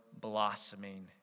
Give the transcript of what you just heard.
blossoming